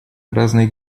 разные